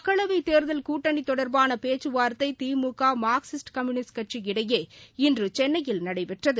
மக்களவை தேர்தல் கூட்டணி தொடர்பான பேச்சுவார்ததை திமுக மார்க்சிஸ்ட் கம்யூனிஸ்ட் கட்சி இடையே இன்று சென்னையில் நடைபெற்றது